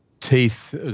teeth